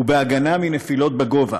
ובהגנה מנפילות מגובה.